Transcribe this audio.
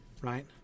right